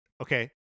Okay